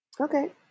Okay